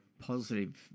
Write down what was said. positive